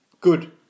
good